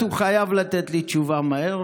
על אחת הוא חייב לתת לי תשובה מהר,